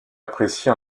apprécié